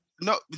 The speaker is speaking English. no